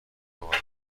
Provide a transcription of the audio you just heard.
اورده